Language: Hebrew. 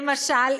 למשל,